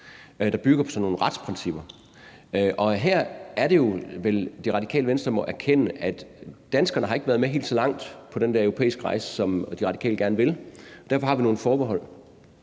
og bygger på sådan nogle retsprincipper, og her er det vel, at Det Radikale Venstre må erkende, at danskerne ikke har været med helt så langt på den der europæiske rejse, som de Radikale gerne vil have, og derfor har vi nogle forbehold.